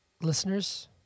listeners